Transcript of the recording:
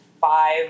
five